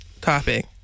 topic